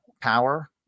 power